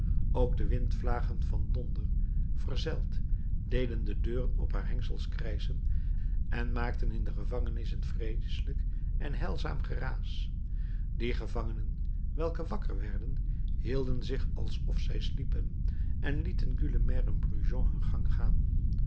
ook de windvlagen van donder verzeld deden de deuren op haar hengsels krijschen en maakten in de gevangenis een vreeselijk en heilzaam geraas die gevangenen welke wakker werden hielden zich alsof zij sliepen en lieten gueulemer en brujon hun gang gaan